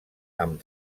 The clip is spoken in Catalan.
amb